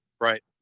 Right